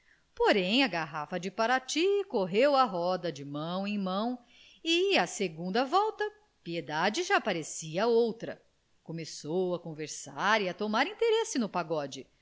porém a garrafa de parati correu a roda de mão em mão e à segunda volta piedade já parecia outra começou a conversar e a tomar interesse no pagode